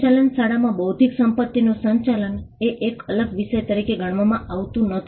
સંચાલન શાળામાં બૌદ્ધિક સંપતિનું સંચાલન એ એક અલગ વિષય તરીકે ગણવામાં આવતું નથી